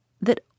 that